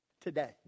today